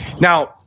Now